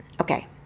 okay